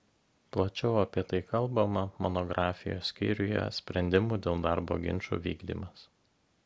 plačiau apie tai kalbama monografijos skyriuje sprendimų dėl darbo ginčų vykdymas